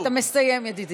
לא, לא, אתה מסיים, ידידי.